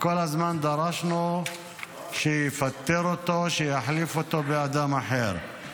וכל הזמן דרשנו שיפטר אותו, שיחליף אותו באדם אחר.